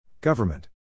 Government